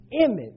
image